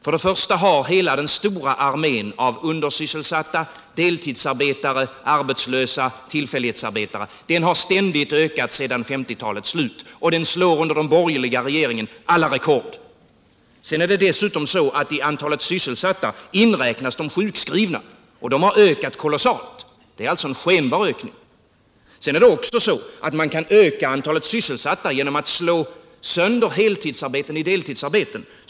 Först och främst har hela den stora armén av undersysselsatta, deltidsarbetare, arbetslösa och tillfällighetsarbetare ständigt ökat sedan 1950 talets slut, och den slår under den borgerliga regeringen alla rekord. Sedan är det dessutom så att i antalet sysselsatta inräknas de sjukskrivna, vilkas antal har ökat kolossalt. Det är alltså en skenbar ökning. Man kan också öka antalet sysselsatta genom att slå sönder heltidsarbeten i deltidsarbeten.